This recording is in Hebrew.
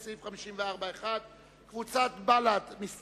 אנחנו נצביע עכשיו גם על סעיף 50 שלגביו אין הסתייגות,